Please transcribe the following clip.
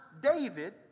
David